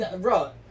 Bro